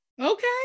okay